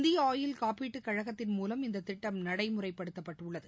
இந்தியஆயில் காப்பீட்டுகழகத்தின் மூலம் இந்தத் திட்டம் நடமுறைப்படுத்தப்பட்டுள்ளது